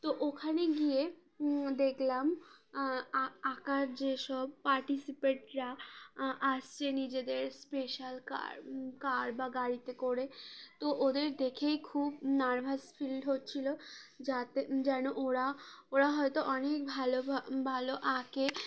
তো ওখানে গিয়ে দেখলাম আঁকার যেসব পার্টিসিপেন্টরা আসছে নিজেদের স্পেশাল কার কার বা গাড়িতে করে তো ওদের দেখেই খুব নার্ভাস ফিল হচ্ছিলো যাতে যেন ওরা ওরা হয়তো অনেক ভালো ভালো আঁকে